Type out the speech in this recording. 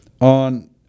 on